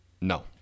no